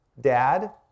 dad